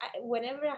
Whenever